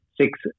six